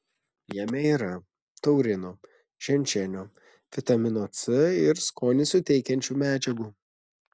jame yra taurino ženšenio vitamino c ir skonį suteikiančių medžiagų